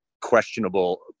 questionable